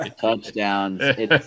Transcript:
touchdowns